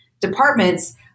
departments